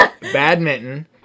Badminton